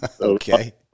Okay